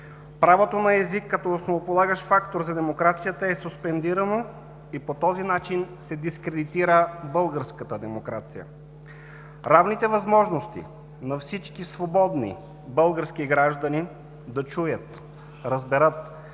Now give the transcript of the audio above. Правото на език като основополагащ фактор за демокрацията е суспендирано и по този начин се дискредитира българската демокрация. Равните възможности на всички свободни български граждани да чуят, разберат